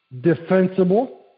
defensible